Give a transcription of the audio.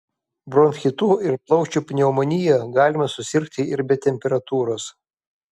bronchitu ir plaučių pneumonija galima sirgti ir be temperatūros